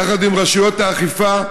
יחד עם רשויות האכיפה,